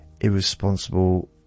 irresponsible